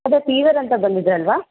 ಅದೇ ಫೀವರ್ ಅಂತ ಬಂದಿದ್ದರಲ್ವಾ